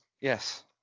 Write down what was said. Yes